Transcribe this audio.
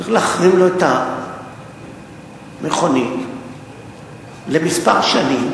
צריך להחרים לו את המכונית לכמה שנים,